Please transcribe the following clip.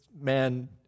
man